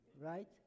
right